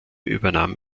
übernahm